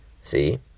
See